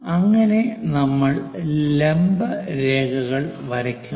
അങ്ങനെ നമ്മൾ ലംബ രേഖകൾ വരയ്ക്കുന്നു